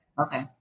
Okay